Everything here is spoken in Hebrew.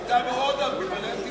היתה מאוד אמביוולנטית